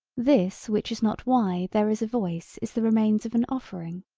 this which is not why there is a voice is the remains of an offering.